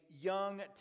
young